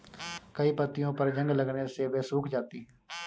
कई पत्तियों पर जंग लगने से वे सूख जाती हैं